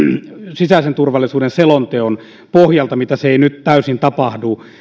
sisäisen turvallisuuden selonteon pohjalta mitä ei nyt täysin tapahdu